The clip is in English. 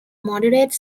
moderate